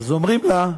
אז אומרים לה: